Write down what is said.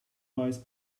mice